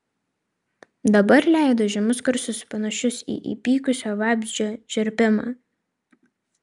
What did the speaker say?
dabar leido žemus garsus panašius į įpykusio vabzdžio čirpimą